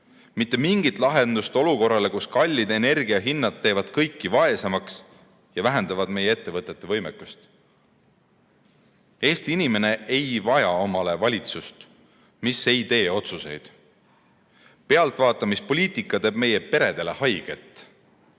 Mitte mingit lahendust olukorrale, kus kallid energiahinnad teevad kõiki vaesemaks ja vähendavad meie ettevõtete võimekust. Eesti inimene ei vaja omale valitsust, mis ei tee otsuseid. Pealtvaatamispoliitika teeb meie peredele